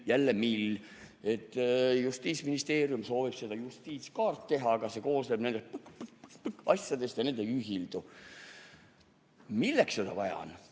Jälle mill!" Justiitsministeerium soovib seda justiitskaart teha, aga see koosneb nendest ja nendest asjadest ja need ei ühildu. Milleks seda vaja on?